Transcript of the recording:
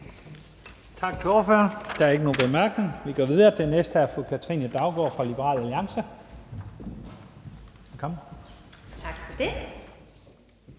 Tak for det.